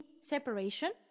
separation